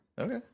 Okay